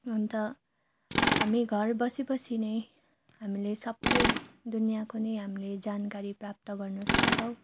अन्त हामी घर बसी बसी नै हामीले सबै दुनियाँको नै हामीले जानकारी प्राप्त गर्न सक्छौँ